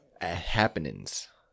happenings